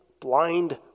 blind